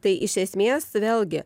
tai iš esmės vėlgi